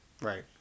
Right